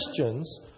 Christians